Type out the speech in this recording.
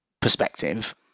perspective